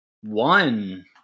one